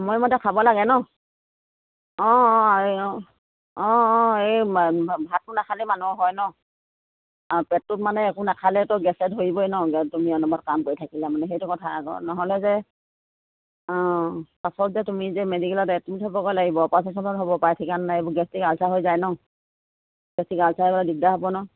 সময়মতে খাব লাগে ন অঁ অঁ এই অঁ অঁ অঁ এই ভাতটো নাখালে মানুহৰ হয় ন আৰু পেটটোত মানে একো নেখালেতো গেছে ধৰিবই ন তুমি অনপত কাম কৰি থাকিলে মানে সেইটো কথা আগ নহ'লে যে অঁ পাছত যে তুমি যে মেডিকেলত এডমিট হ'বগৈ লাগিব অপাৰেশ্যনত হ'ব পাই গেষ্ট্ৰিক আলচাৰ হৈ যায় ন গেষ্ট্ৰিক আলচাৰ দিগদাৰ হ'ব ন